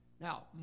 Now